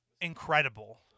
incredible